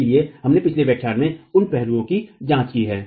इसलिए हमने पिछले व्याख्यान में उन पहलुओं की जांच की है